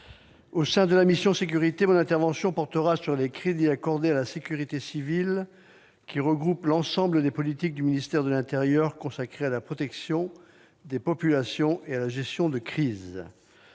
au sein de la mission « Sécurités », mon intervention portera sur les crédits accordés à la sécurité civile qui regroupe l'ensemble des politiques du ministère de l'intérieur consacrées à la protection des populations et à la gestion de crises.